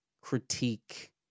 Critique